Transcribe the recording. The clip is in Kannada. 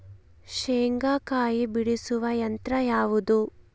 ಶೇಂಗಾಕಾಯಿ ಬಿಡಿಸುವ ಯಂತ್ರ ಯಾವುದು?